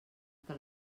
que